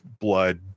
blood